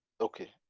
Okay